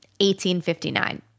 1859